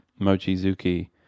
Mochizuki